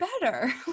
better